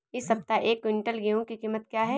इस सप्ताह एक क्विंटल गेहूँ की कीमत क्या है?